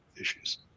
issues